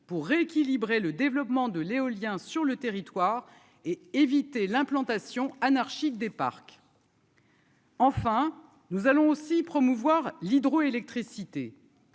pour rééquilibrer le développement de l'éolien, sur le territoire et éviter l'implantation anarchique des parcs. Enfin, nous allons aussi promouvoir l'hydroélectricité,